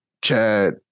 Chad